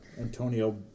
antonio